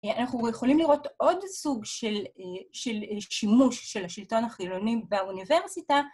אנחנו יכולים לראות עוד סוג של שימוש של השלטון החילוני באוניברסיטה